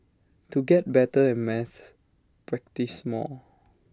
to get better at maths practise more